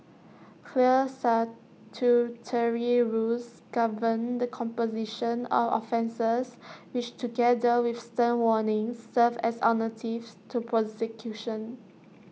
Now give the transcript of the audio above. clear statutory rules govern the composition of offences which together with stern warnings serve as alternatives to prosecution